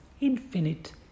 infinite